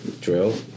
drill